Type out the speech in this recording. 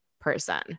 person